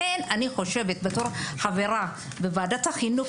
לכן אני חושבת בתור חברה בוועדת החינוך,